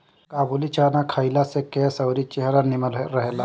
काबुली चाना खइला से केस अउरी चेहरा निमन रहेला